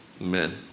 Amen